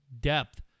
depth